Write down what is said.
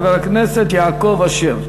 חבר הכנסת יעקב אשר.